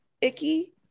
icky